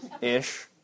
ish